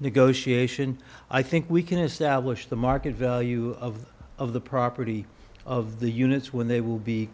negotiation i think we can establish the market value of of the property of the units when they will be